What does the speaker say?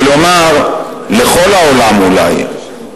ולומר אולי לכל העולם לא.